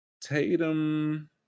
Tatum